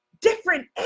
different